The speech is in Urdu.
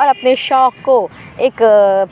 اور اپنے شوق کو ایک